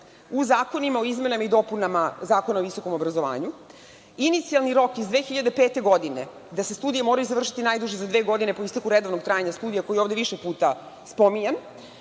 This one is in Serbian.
u zakonima o izmenama i dopunama Zakona o visokom obrazovanju. Inicijalni rok iz 2005. godine da se studije moraju završiti najduže za dve godine po isteku redovnog trajanja studija, koji je ovde više puta spominjan,